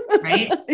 Right